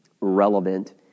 relevant